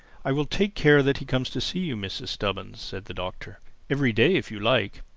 i will take care that he comes to see you, mrs. stubbins, said the doctor every day, if you like.